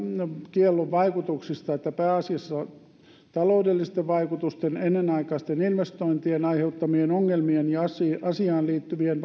kiellon vaikutuksista että pääasiassa taloudellisten vaikutusten ennenaikaisten investointien aiheuttamien ongelmien ja asiaan liittyvien